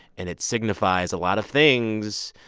and it signifies a lot of things